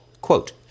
Quote